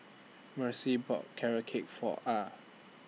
Mercy bought Carrot Cake For Ah